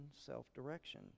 self-direction